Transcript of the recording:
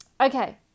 Okay